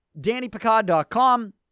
dannypicard.com